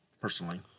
personally